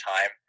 time